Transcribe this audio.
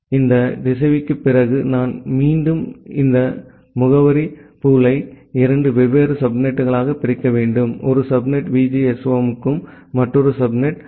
எனவே இந்த திசைவிக்குப் பிறகு நான் மீண்டும் இந்த முகவரிபூலை இரண்டு வெவ்வேறு சப்நெட்டுகளாக பிரிக்க வேண்டும் ஒரு சப்நெட் VGSOM க்கு மற்றொரு சப்நெட் EE க்கு